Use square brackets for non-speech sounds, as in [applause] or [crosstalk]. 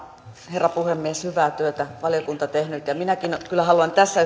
herra puhemies hyvää työtä on valiokunta tehnyt minäkin kyllä haluan tässä [unintelligible]